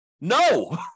No